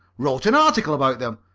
wrote an article about them.